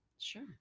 Sure